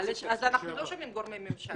אז אנחנו לא שומעים גורמי ממשלה?